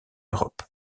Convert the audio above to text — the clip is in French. europe